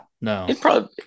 no